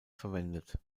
verwendet